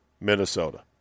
Minnesota